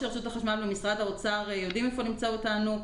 ורשות החשמל ומשרד האוצר יודעים איפה למצוא אותנו,